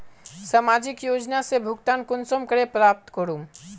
सामाजिक योजना से भुगतान कुंसम करे प्राप्त करूम?